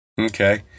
okay